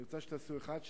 והיא רוצה שתעשו אחת,